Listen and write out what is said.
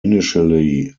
initially